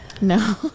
No